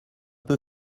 peu